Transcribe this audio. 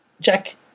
Jack